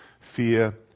fear